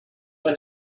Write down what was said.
for